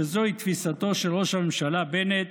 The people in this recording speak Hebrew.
שזוהי תפיסתו של ראש הממשלה בנט,